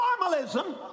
formalism